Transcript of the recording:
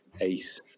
ace